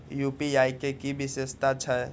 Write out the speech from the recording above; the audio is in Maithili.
यू.पी.आई के कि विषेशता छै?